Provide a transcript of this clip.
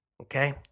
Okay